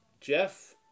Jeff